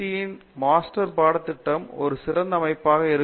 யின் மாஸ்டர் பாட திட்டம் ஒரு சிறந்த அமைப்பாக இருக்கும்